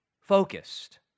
focused